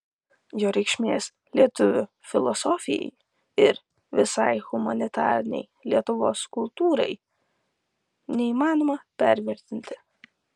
jo reikšmės lietuvių filosofijai ir visai humanitarinei lietuvos kultūrai neįmanoma pervertinti